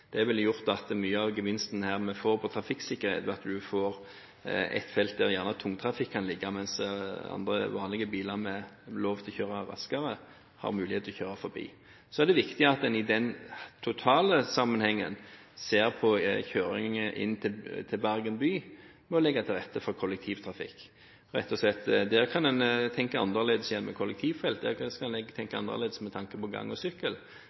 Det ville gjort at mye av gevinsten vi får når det gjelder trafikksikkerhet – ved at en har ett felt der gjerne tungtrafikk kan ligge, mens de andre, vanlige bilene som har lov til å kjøre raskere, har mulighet til å kjøre forbi – blir borte. Så er det viktig at en i den totale sammenhengen ser på kjøring inn til Bergen by og legger til rette for kollektivtrafikk, rett og slett. Der kan en tenke annerledes når det gjelder kollektivfelt. Der kan en tenke annerledes med tanke på gange og sykkel.